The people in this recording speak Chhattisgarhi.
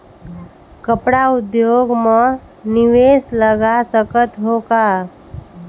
कपड़ा उद्योग म निवेश लगा सकत हो का?